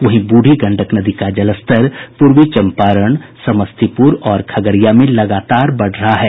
वहीं ब्रुढ़ी गंडक नदी का जलस्तर पूर्वी चंपारण मुजफ्फरपुर समस्तीपुर और खगड़िया में लगातार बढ़ रहा है